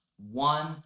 One